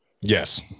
Yes